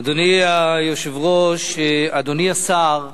אדוני היושב-ראש, אדוני השר,